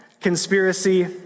conspiracy